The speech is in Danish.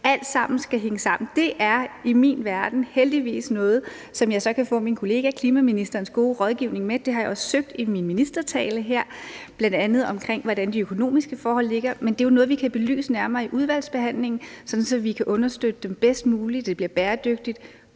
alt sammen skal hænge sammen. Det er i min verden heldigvis noget, som jeg så kan få min kollega klimaministerens gode rådgivning til – det har jeg også søgt i min ministertale her – bl.a. omkring, hvordan de økonomiske forhold ligger, men det er jo noget, vi kan belyse nærmere i udvalgsbehandlingen, sådan at vi kan understøtte dem bedst muligt og det bliver bæredygtigt,